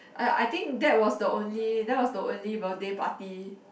oh I think that was the only that was the only birthday party